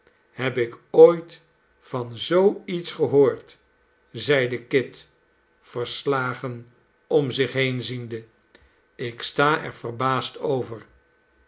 heb ik ooit van zoo iets gehoord zeide kit verslagen om zich heen ziende ik sta er verbaasd over